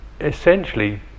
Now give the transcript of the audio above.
essentially